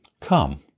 come